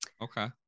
Okay